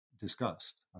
discussed